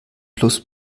plus